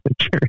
church